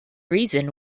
reason